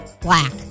black